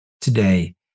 today